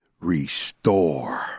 restore